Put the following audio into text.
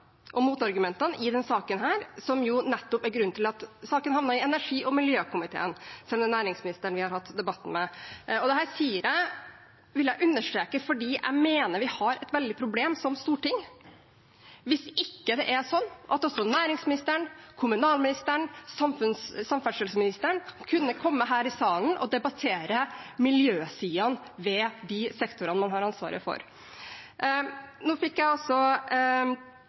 og motargumentene i denne saken, som nettopp er grunnen til at saken havnet i energi- og miljøkomiteen, selv om det er næringsministeren vi har hatt debatten med. Dette vil jeg understreke, for jeg mener vi har et veldig problem som storting hvis ikke også næringsministeren, kommunalministeren og samferdselsministeren kan komme her i salen og debattere miljøsidene ved de sektorene de har ansvaret for. Nå fikk jeg